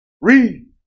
Read